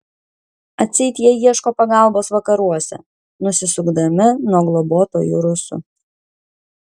atseit jie ieško pagalbos vakaruose nusisukdami nuo globotojų rusų